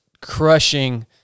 crushing